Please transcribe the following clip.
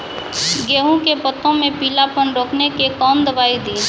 गेहूँ के पत्तों मे पीलापन रोकने के कौन दवाई दी?